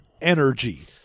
energy